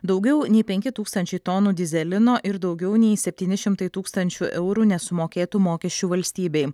daugiau nei penki tūkstančiai tonų dyzelino ir daugiau nei septyni šimtai tūkstančių eurų nesumokėtų mokesčių valstybei